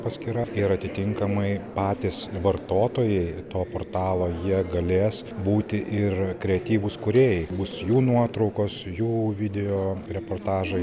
paskyra ir atitinkamai patys vartotojai to portalo jie galės būti ir kreatyvūs kūrėjai bus jų nuotraukos jų video reportažai